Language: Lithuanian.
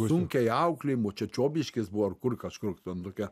sunkiai auklėjamų čia čiobiškis buvo ar kur kažkur ten tokia